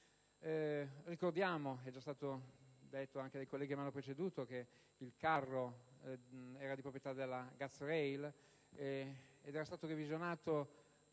Com'è già stato detto anche dai colleghi che mi hanno preceduto, il carro, che era di proprietà della GATX Rail, era stato revisionato